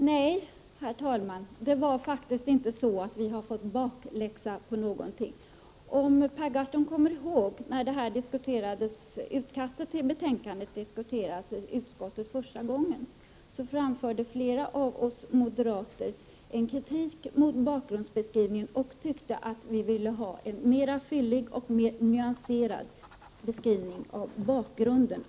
Herr talman! Nej, det var faktiskt inte så, att vi fick bakläxa på någonting. Per Gahrton kommer kanske ihåg att när utkastet till betänkandet diskutera des i utskottet första gången framförde flera av oss moderater kritik mot bakgrundsbeskrivningen. Vi tyckte att vi ville ha en mera fyllig och mer nyanserad beskrivning av bakgrunden.